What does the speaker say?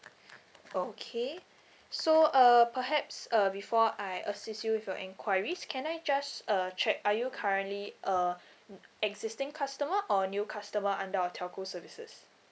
okay so uh perhaps uh before I assist you with your enquiries can I just uh check are you currently a existing customer or new customer under our telco services